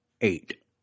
eight